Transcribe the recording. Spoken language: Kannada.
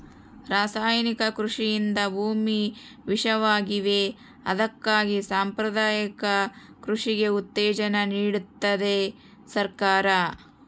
ರಾಸಾಯನಿಕ ಕೃಷಿಯಿಂದ ಭೂಮಿ ವಿಷವಾಗಿವೆ ಅದಕ್ಕಾಗಿ ಸಾಂಪ್ರದಾಯಿಕ ಕೃಷಿಗೆ ಉತ್ತೇಜನ ನೀಡ್ತಿದೆ ಸರ್ಕಾರ